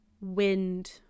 wind